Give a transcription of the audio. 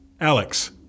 alex